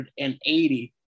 180